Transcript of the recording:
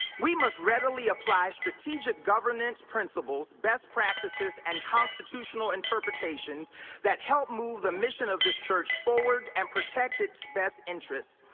we must readily apply strategic governance principles, best practices and constitutional interpretations that help move the mission of this church forward, and protect its best interests.